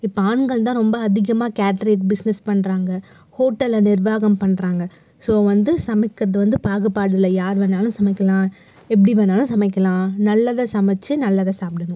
இப்போ ஆண்கள் தான் ரொம்ப அதிகமாக கேட்ரேட் பிஸ்னெஸ் பண்றாங்க ஹோட்டலில் நிர்வாகம் பண்றாங்க ஸோ வந்து சமைக்கிறது வந்து பாகுபாடு இல்லை யார் வேணாலும் சமைக்கலாம் எப்படி வேணாலும் சமைக்கலாம் நல்லதை சமைத்து நல்லதை சாப்பிடணும்